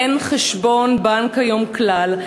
אין חשבון בנק היום כלל,